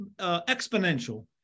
Exponential